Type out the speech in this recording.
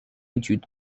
étude